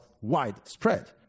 widespread